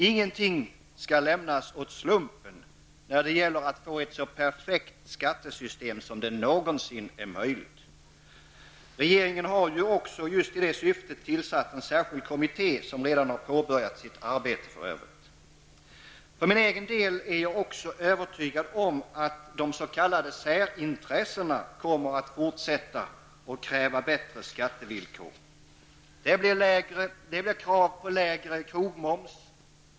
Ingenting skall lämpas åt slumpen, när det gäller att få ett så perfekt skattesystem som det någonsin är möjligt. Regeringen har ju också just i detta syfte tillsatt en särskild kommitté, som redan har påbörjat sitt arbete. För min egen del är jag också övertygad om att de s.k. särintressena kommer att fortsätta att kräva bättre skattevillkor. Det blir krav på lägre krogmoms.